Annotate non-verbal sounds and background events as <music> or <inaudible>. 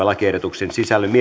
<unintelligible> lakiehdotuksen sisällöstä <unintelligible>